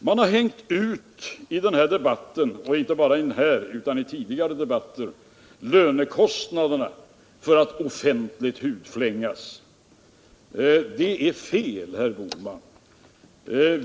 Man har i debatten — inte bara i den här utan också i tidigare debatter — hängt ut lönekostnaderna för att offentligt hudflängas. Det är fel, herr Bohman.